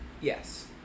Yes